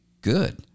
good